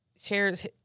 shares